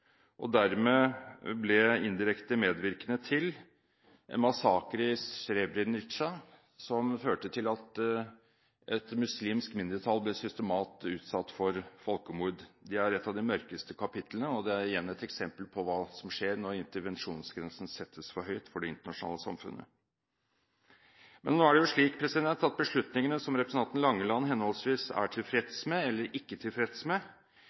og dermed ble indirekte medvirkende til en massakre i Srebrenica, som førte til at et muslimsk mindretall ble systematisk utsatt for folkemord. Det er et av de mørkeste kapitlene, og det er igjen et eksempel på hva som skjer når intervensjonsgrensen settes for høyt for det internasjonale samfunnet. Men nå er det slik at beslutningene som representanten Langeland er henholdsvis tilfreds med eller ikke tilfreds med,